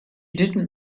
didn’t